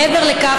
מעבר לכך,